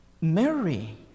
Mary